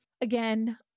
again